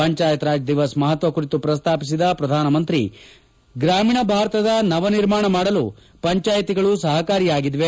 ಪಂಚಾಯತ್ ರಾಜ್ ದಿವಸ್ ಮಹತ್ವ ಕುರಿತು ಪ್ರಸ್ತಾಪಿಸಿದ ಪ್ರಧಾನಮಂತ್ರಿ ಗ್ರಾಮೀಣ ಭಾರತದ ನವ ನಿರ್ಮಾಣ ಮಾಡಲು ಪಂಚಾಯಿತಿಗಳು ಸಹಕಾರಿಯಾಗಿವೆ